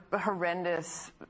horrendous